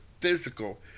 physical